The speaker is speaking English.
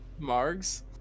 Margs